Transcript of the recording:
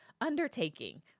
undertaking